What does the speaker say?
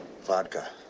vodka